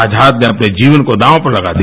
आजाद ने अपने जीवन को दांव पर लगा दिया